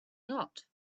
not